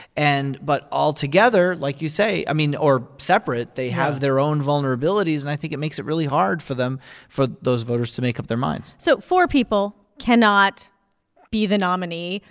and but altogether, like you say, i mean or separate. right they have their own vulnerabilities. and i think it makes it really hard for them for those voters to make up their minds so four people cannot be the nominee.